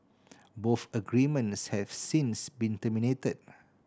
both agreements have since been terminated